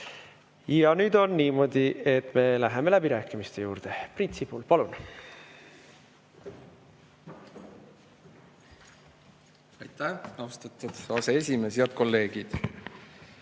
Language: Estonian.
Nüüd on niimoodi, et me läheme läbirääkimiste juurde. Priit Sibul, palun! Aitäh, austatud aseesimees! Head kolleegid!